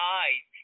eyes